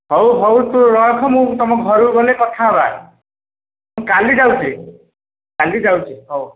ହଉ ହଉ ତୁ ରଖ ମୁଁ ତମ ଘରକୁ ଗଲେ କଥା ହେବା ମୁଁ କାଲି ଯାଉଛି କାଲି ଯାଉଛି ହଉ